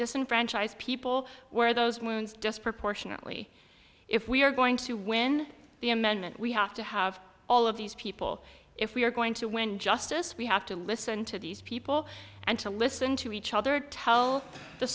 disenfranchised people where those wounds disproportionately if we are going to win the amendment we have to have all of these people if we are going to win justice we have to listen to these people and to listen to each other tell the